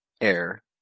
air